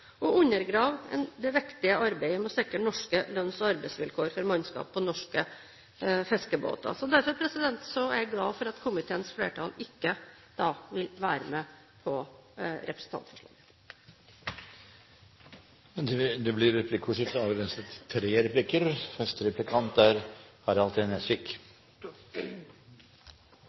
og undergrave det viktige arbeidet med å sikre norske lønns- og arbeidsvilkår for mannskap på norske fiskebåter. Derfor er jeg glad for at komiteens flertall ikke vil støtte representantforslaget. Det blir replikkordskifte. Min utfordring til statsråden er